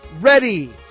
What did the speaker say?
ready